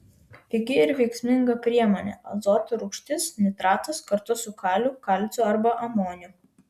pigi ir veiksminga priemonė azoto rūgštis nitratas kartu su kaliu kalciu arba amoniu